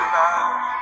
love